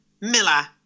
miller